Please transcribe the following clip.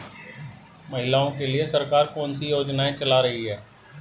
महिलाओं के लिए सरकार कौन सी योजनाएं चला रही है?